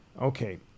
okay